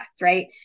right